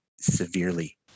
severely